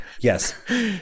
Yes